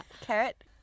Carrot